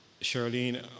Charlene